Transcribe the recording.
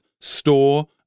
store